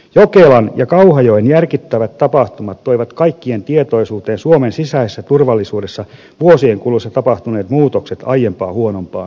jokelan ja kauhajoen järkyttävät tapahtumat toivat kaikkien tietoisuuteen suomen sisäisessä turvallisuudessa vuosien kuluessa tapahtuneet muutokset aiempaa huonompaan suuntaan